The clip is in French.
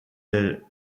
des